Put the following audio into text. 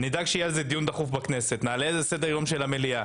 נדאג שיהיה על זה דיון דחוף בכנסת ונעלה את זה לסדר-היום של המליאה.